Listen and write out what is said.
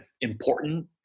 important